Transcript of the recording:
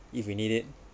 if we need it